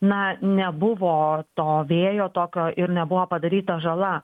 na nebuvo to vėjo tokio ir nebuvo padaryta žala